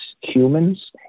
humans